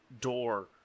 door